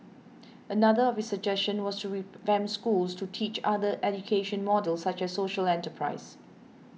another of his suggestion was to revamp schools to teach other education models such as social enterprise